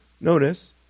notice